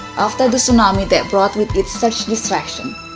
after the tsunami that brought with it such destruction,